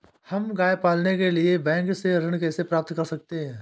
हम गाय पालने के लिए बैंक से ऋण कैसे प्राप्त कर सकते हैं?